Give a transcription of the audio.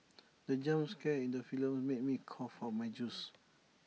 the jump scare in the film made me cough out my juice